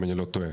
אם אני לא טועה,